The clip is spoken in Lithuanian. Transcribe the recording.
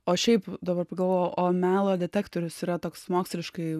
o šiaip dabar pagalvojau o melo detektorius yra toks moksliškai